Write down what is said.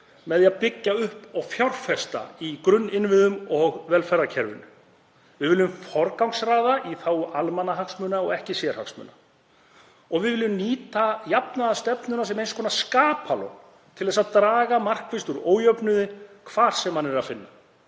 með því að byggja upp og fjárfesta í grunninnviðum og velferðarkerfinu. Við viljum forgangsraða í þágu almannahagsmuna en ekki sérhagsmuna og við viljum nýta jafnaðarstefnuna sem eins konar skapalón til að draga markvisst úr ójöfnuði, hvar sem hann er að finna,